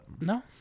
No